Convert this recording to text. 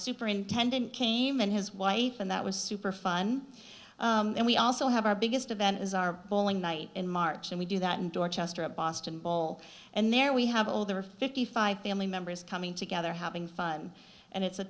superintendent came and his wife and that was super fun and we also have our biggest event is our bowling night in march and we do that in dorchester at boston bowl and there we have older fifty five family members coming together having fun and it's a